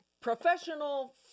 professional